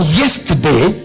yesterday